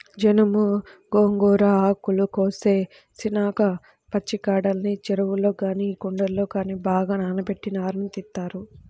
జనుము, గోంగూర ఆకులు కోసేసినాక పచ్చికాడల్ని చెరువుల్లో గానీ కుంటల్లో గానీ బాగా నానబెట్టి నారను తీత్తారు